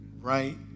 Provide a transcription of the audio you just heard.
right